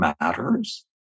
matters